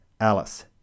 Alice